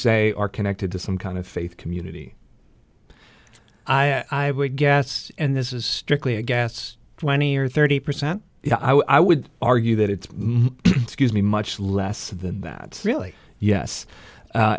say are connected to some kind of faith community i would guess and this is strictly a gas twenty or thirty percent i would argue that it's scuse me much less than that really